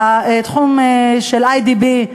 בתחום של "איי.די.בי",